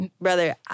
brother